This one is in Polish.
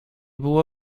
było